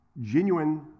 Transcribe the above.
genuine